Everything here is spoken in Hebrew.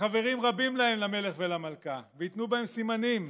וחברים רבים להם, למלך ולמלכה, וייתנו בהם סימנים: